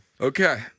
Okay